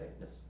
Yes